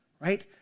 right